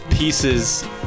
pieces